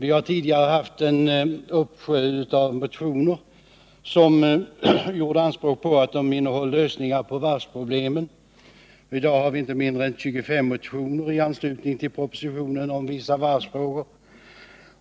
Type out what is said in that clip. Vi har tidigare haft en uppsjö av motioner som gjort anspråk på att innehålla lösningar på varvsproblemen — i dag har vi inte mindre än 25 motioner i anslutning till propositionen om vissa varvsfrågor,